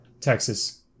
Texas